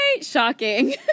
shocking